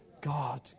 God